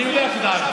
אני יודע שדאגתם.